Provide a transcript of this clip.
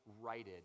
righted